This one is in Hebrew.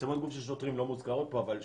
מצלמות גוף של שוטרים לא מוזכרות פה אבל שוב,